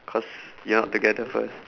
cause you're not together first